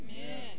Amen